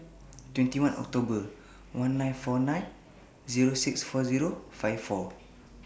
twenty one October one nine four nine Zero six four Zero five four